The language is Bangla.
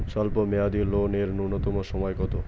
স্বল্প মেয়াদী লোন এর নূন্যতম সময় কতো?